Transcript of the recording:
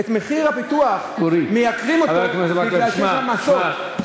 את מחיר הפיתוח מעלים מפני שיש העמסות.